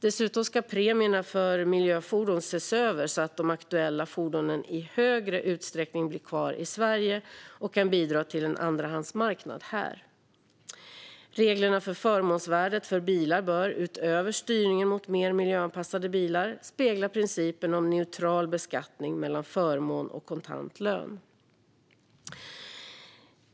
Dessutom ska premierna för miljöfordon ses över så att de aktuella fordonen i högre utsträckning blir kvar i Sverige och kan bidra till en andrahandsmarknad här. Reglerna för förmånsvärdet för bilar bör, utöver styrningen mot mer miljöanpassade bilar, spegla principen om neutral beskattning mellan förmån och kontant lön.